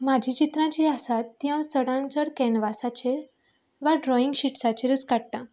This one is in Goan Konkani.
म्हाजी चित्रां जी आसात ती हांव चडानचड कॅनवासाचेर वा ड्रॉईंग शिट्साचेरूच काडटा